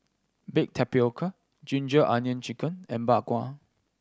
baked tapioca ginger onion chicken and Bak Kwa